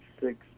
six